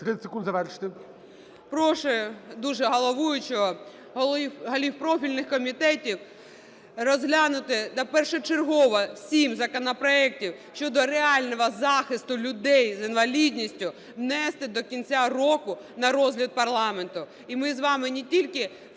Прошу дуже головуючого, голів профільних комітетів розглянути першочергово сім законопроектів щодо реального захисту людей з інвалідністю, внести до кінця року на розгляд парламенту.